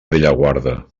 bellaguarda